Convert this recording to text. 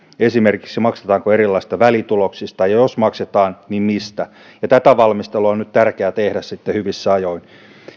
esimerkiksi maksetaanko erilaisista välituloksista ja ja jos maksetaan niin mistä tätä valmistelua on nyt tärkeä tehdä hyvissä ajoin